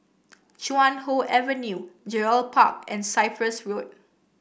Chuan Hoe Avenue Gerald Park and Cyprus Road